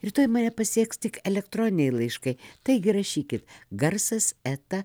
rytoj mane pasieks tik elektroniniai laiškai taigi rašykit garsas eta